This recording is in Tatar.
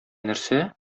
нәрсә